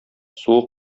суы